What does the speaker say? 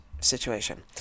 situation